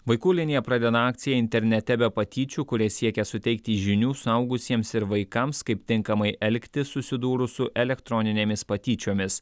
vaikų linija pradeda akciją internete be patyčių kuria siekia suteikti žinių suaugusiems ir vaikams kaip tinkamai elgtis susidūrus su elektroninėmis patyčiomis